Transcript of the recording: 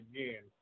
Again